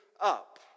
up